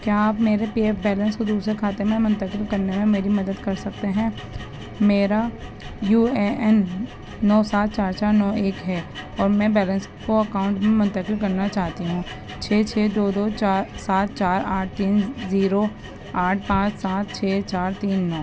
کیا آپ میرے پی ایف بیلنس کو دوسرے کھاتے میں منتقل کرنے میں میری مدد کر سکتے ہیں میرا یو اے این نو سات چار چار نو ایک ہے اور میں بیلنس کو اکاؤنٹ میں منتقل کرنا چاہتی ہوں چھ چھ دو دو چار سات چار آٹھ تین زیرو آٹھ پانچ سات چھ چار تین نو